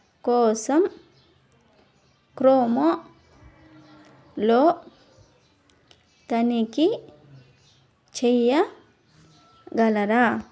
కోసం క్రోమాలో తనిఖీ చేయగలరా